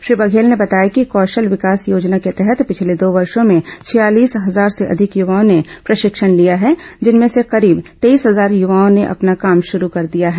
श्री बघेल ने बताया कि कौशल विकास योजना के तहत पिछले दो वर्षो में छियालीस हजार से अधिक युवाओं ने प्रशिक्षण लिया है जिसमें से करीब तेईस हजार युवाओं ने अपना काम शुरू कर दिया है